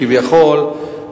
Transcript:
כביכול,